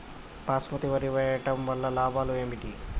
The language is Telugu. బాస్మతి వరి వేయటం వల్ల లాభాలు ఏమిటి?